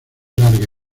larga